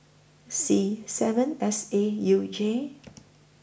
C seven S A U J